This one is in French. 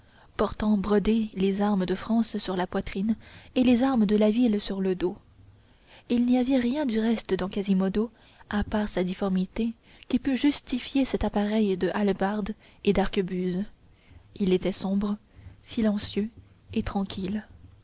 portant brodées les armes de france sur la poitrine et les armes de la ville sur le dos il n'y avait rien du reste dans quasimodo à part sa difformité qui pût justifier cet appareil de hallebardes et d'arquebuses il était sombre silencieux et tranquille